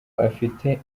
afite